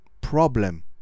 problem